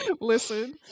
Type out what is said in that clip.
Listen